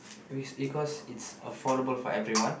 it's because its affordable for everyone